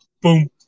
Boom